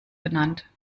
genannt